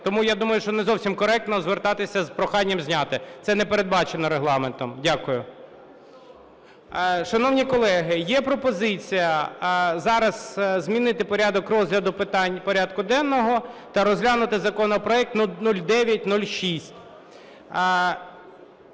Тому я думаю, що не зовсім коректно звертатися з проханням зняти. Це не передбачено Регламентом. Дякую. Шановні колеги, є пропозиція зараз змінити порядок розгляду питань порядку денного та розглянути законопроект 0906.